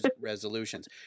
resolutions